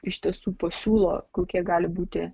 iš tiesų pasiūlo kokie gali būti